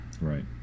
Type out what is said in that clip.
Right